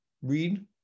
Read